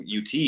UT